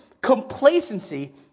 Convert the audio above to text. complacency